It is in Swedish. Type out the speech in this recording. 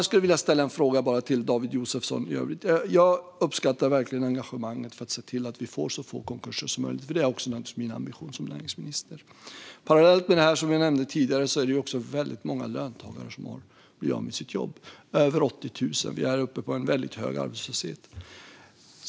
Jag skulle bara vilja ställa en fråga till David Josefsson. Jag uppskattar verkligen engagemanget för att se till att det blir så få konkurser som möjligt. Det är också min ambition som näringsminister. Parallellt med det jag nämnde tidigare är det väldigt många löntagare, över 80 000, som blir av med sina jobb. Vi är uppe i en väldigt hög arbetslöshet.